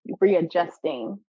readjusting